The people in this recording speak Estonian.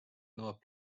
nõuab